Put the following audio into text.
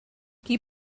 qui